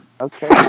Okay